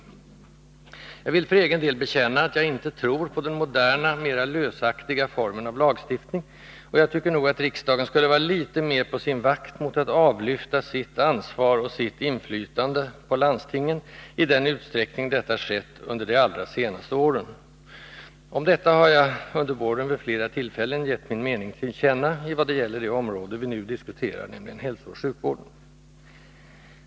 Jag vill för egen del bekänna att jag inte tror på den moderna, mera lösliga formen av lagstiftning, och jag tycker nog att riksdagen skulle vara litet mera på sin vakt mot att avlyfta sitt ansvar och sitt inflytande på landstingen i den utsträckning detta skett under de allra senaste åren. Om detta har jag under våren vid flera tillfällen givit min mening till känna i vad gäller det område vi nu diskuterar, nämligen hälsooch sjukvården.